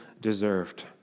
deserved